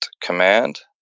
command